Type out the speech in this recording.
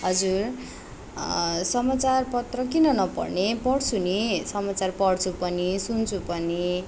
हजुर समाचार पत्र किन नपढ्ने पढ्छु नि समाचार पढ्छु पनि सुन्छु पनि